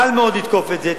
קל מאוד לתקוף את זה,